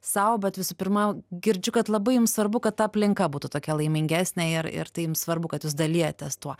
sau bet visų pirma girdžiu kad labai jum svarbu kad ta aplinka būtų tokia laimingesnė ir ir tai jum svarbu kad jūs dalijatės tuo